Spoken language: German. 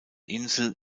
insel